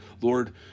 Lord